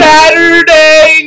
Saturday